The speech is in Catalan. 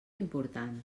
important